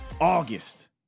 August